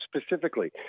specifically